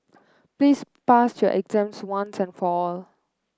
please pass your exams once and for all